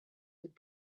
would